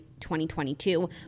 2022